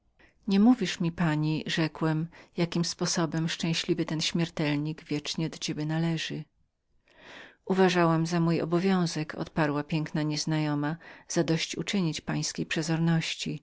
oddać niemówisz mi pani rzekłem jakim sposobem szczęśliwy ten śmiertelnik wiecznie do pani należy sądziłam moim obowiązkiem odparła piękna nieznajoma zadosyć uczynić pańskiej przezorności